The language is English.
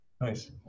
Nice